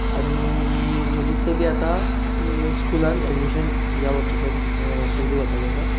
आनी म्हजी चली आतां स्कुलान एडमिशन ह्या वर्साच्यान सुरू जावपाचें आसा